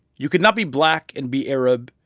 you could not be black and be arab.